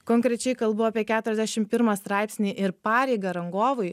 konkrečiai kalbu apie keturiasdešim pirmą straipsnį ir pareigą rangovui